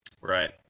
right